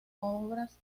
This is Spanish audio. obras